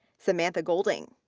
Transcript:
samantha golding,